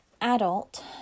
adult